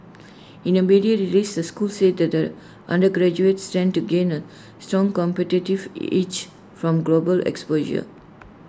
in A media release the school said that undergraduates stand to gain A strong competitive edge from global exposure